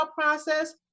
process